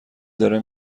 داره